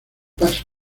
paso